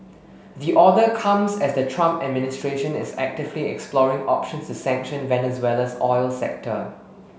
the order comes as the Trump administration is actively exploring options to sanction Venezuela's oil sector